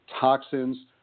toxins